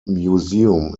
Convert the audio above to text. museum